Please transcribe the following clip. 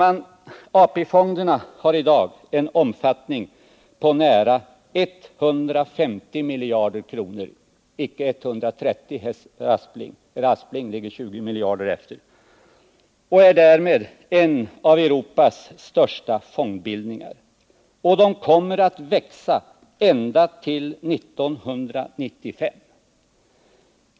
AP-fonderna har i dag en omfattning på nära 150 miljarder kronor — inte 130 miljarder kronor, herr Aspling — och är därmed en av Europas största fondbildningar. Och de kommer att växa ända till 1995.